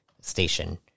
station